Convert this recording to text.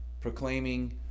proclaiming